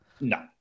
No